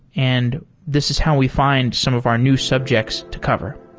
and this is how we find some of our new subjects to cover.